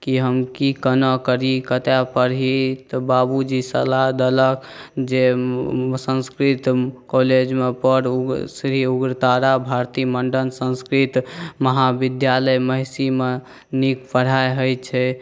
कि हम कि कोना करी कतऽ पढ़ी तऽ बाबूजी सलाह देलक जे संस्कृत कॉलेजमे पढ़ श्री उग्रतारा भारती मण्डन संस्कृत महाविद्यालयमे महिषीमे नीक पढ़ाइ होइ छै